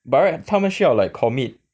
by right 他们需要 like commit